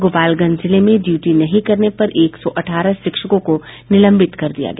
गोपालगंज जिले में ड्यूटी नहीं करने पर एक सौ अठारह शिक्षकों को निलंबित कर दिया गया